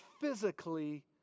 physically